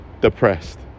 depressed